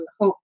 hope